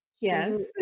Yes